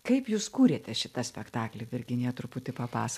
kaip jūs kūrėte šitą spektaklį virginija truputį papasa